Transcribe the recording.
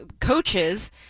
coaches